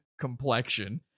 complexion